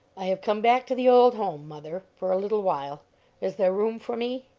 i have come back to the old home, mother, for a little while is there room for me?